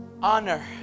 Honor